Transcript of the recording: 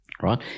Right